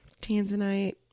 Tanzanite